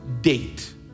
date